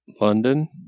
London